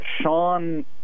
Sean